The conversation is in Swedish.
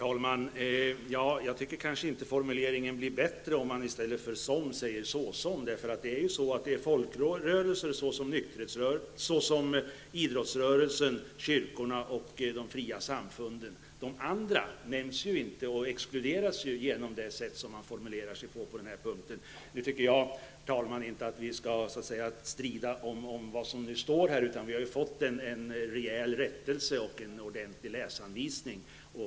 Herr talman! Jag tycker inte formuleringen blir bättre om man i stället för ''som'' använder ''såsom''. Det handlar ju om folkrörelser såsom idrottsrörelser, kyrkorna och de fria samfunden. Övriga folkrörelser omnämns inte och exkluderas således genom det sätt varpå man har formulerat sig. Vi skall emellertid inte strida om vad som står i regeringsförklaringen. Vi har fått en rejäl rättelse och en ordentlig läsanvisning.